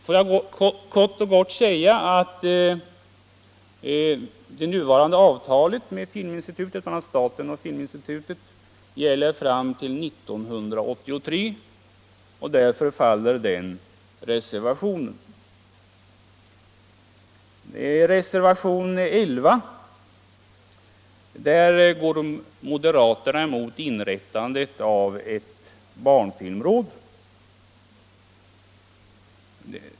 Låt mig kort och gott säga att det nuvarande avtalet mellan staten och Filminstitutet gäller fram till 1983, och därför faller den reservationen. I reservationen 11 går moderaterna emot inrättandet av ett barnfilmsråd.